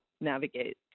navigate